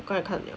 刚才看了